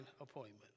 appointment